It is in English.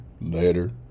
Later